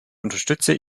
unterstütze